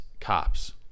cops